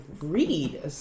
read